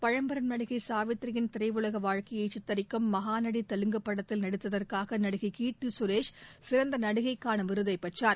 பழம்பெரும் நடிகை சாவித்திரியின் திரையுலக வாழ்க்கையை சித்திரிக்கும் மகாநடி தெலுங்கு படத்தில் நடித்ததற்காக நடிகை கீர்த்தி சுரேஷ் சிறந்த நடிகைக்கான விருதை பெற்றார்